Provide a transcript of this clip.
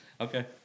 Okay